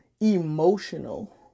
emotional